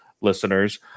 listeners